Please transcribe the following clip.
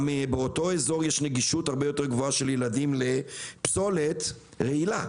גם באותו אזור יש נגישות הרבה יותר גבוהה של ילדים לפסולת רעילה.